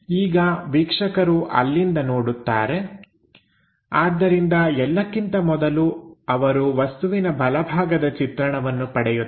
ಈಗ ವೀಕ್ಷಕರು ಅಲ್ಲಿಂದ ನೋಡುತ್ತಾರೆ ಆದ್ದರಿಂದ ಎಲ್ಲಕ್ಕಿಂತ ಮೊದಲು ಅವರು ವಸ್ತುವಿನ ಬಲಭಾಗದ ಚಿತ್ರಣವನ್ನು ಪಡೆಯುತ್ತಾರೆ